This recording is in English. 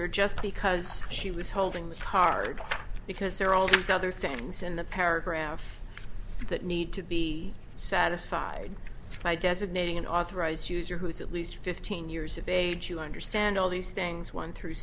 user just because she was holding the card because there are all these other things in the paragraph that need to be satisfied by designating an authorized user who is at least fifteen years of age you understand all these things one through